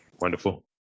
Wonderful